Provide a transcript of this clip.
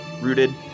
rooted